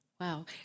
Wow